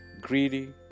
Greedy